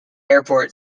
airport